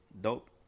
dope